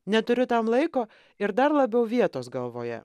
neturiu tam laiko ir dar labiau vietos galvoje